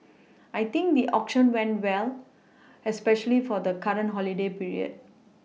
I think the auction went well especially for the current holiday period